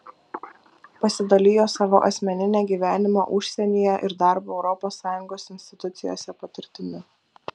pasidalijo savo asmenine gyvenimo užsienyje ir darbo europos sąjungos institucijose patirtimi